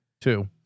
two